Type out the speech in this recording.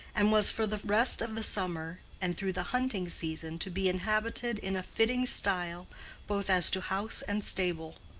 and was for the rest of the summer and through the hunting season to be inhabited in a fitting style both as to house and stable.